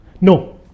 No